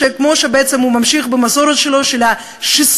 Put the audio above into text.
כמו שהוא בעצם ממשיך במסורת שלו של שיסוי,